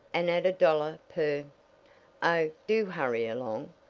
and at a dollar per oh, do hurry along,